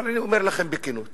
אבל אני אומר לכם בכנות,